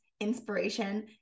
inspiration